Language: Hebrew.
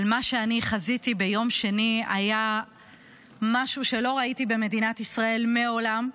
אבל מה שאני חזיתי בו ביום שני היה משהו שלא ראיתי במדינת ישראל מעולם.